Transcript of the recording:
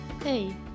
Hey